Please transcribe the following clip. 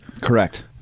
Correct